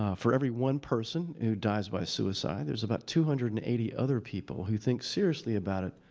um for every one person who dies by suicide, there's about two hundred and eighty other people who think seriously about it,